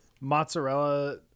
mozzarella